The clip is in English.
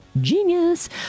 Genius